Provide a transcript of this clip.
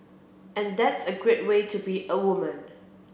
and that's a great way to be a woman